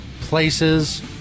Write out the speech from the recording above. places